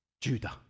Judah